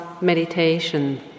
meditation